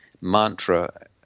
mantra